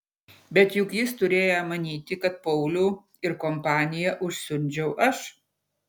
bet juk jis turėjo manyti kad paulių ir kompaniją užsiundžiau aš